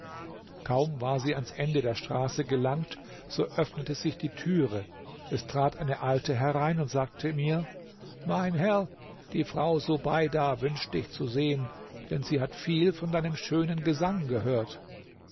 kaum war sie ans ende der straße gelangt so öffnete sich die türe es trat eine alte herein und sagte mir mein herr die frau subeida wünscht dich zu sehen denn sie hat viel von deinem schönen gesang gehört